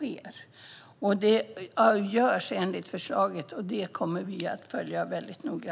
Enligt förslaget ska det ske, och det kommer vi att följa mycket noga.